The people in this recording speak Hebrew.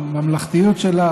הממלכתיות שלה,